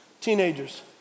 teenagers